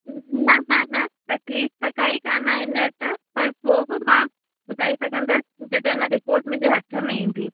न न न तकलीफ़ त काई कोन्ह हीअंर त पर पोइ बि मां ॿुधाए सघंदसि जॾहिं न रिपोर्ट मुंहिंजे हथ में ईंदी